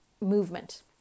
Movement